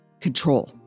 control